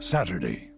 Saturday